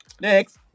Next